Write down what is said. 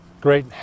great